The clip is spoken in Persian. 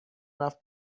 رفت